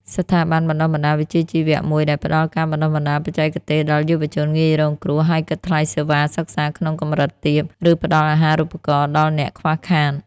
ស្ថាប័នបណ្តុះបណ្តាលវិជ្ជាជីវៈមួយដែលផ្តល់ការបណ្តុះបណ្តាលបច្ចេកទេសដល់យុវជនងាយរងគ្រោះ ហើយគិតថ្លៃសេវាសិក្សាក្នុងកម្រិតទាប ឬផ្តល់អាហារូបករណ៍ដល់អ្នកខ្វះខាត។